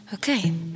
Okay